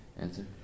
Answer